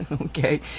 okay